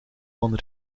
van